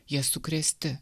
jie sukrėsti